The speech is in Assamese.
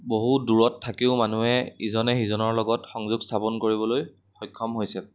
বহু দূৰত থাকিও মানুহে ইজনে সিজনৰ লগত সংযোগ স্থাপন কৰিবলৈ সক্ষম হৈছে